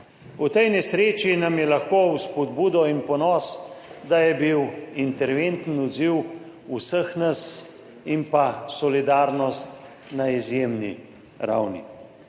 V tej nesreči nam je lahko v spodbudo in ponos, da je bil interventni odziv vseh nas in pa solidarnost na izjemni ravni.